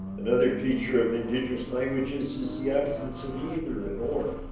another feature of indigenous languages is the absence of either in or